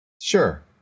Sure